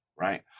Right